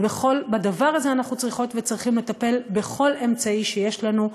בדבר הזה אנחנו צריכות וצריכים לטפל בכל אמצעי שיש לנו.